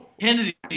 Kennedy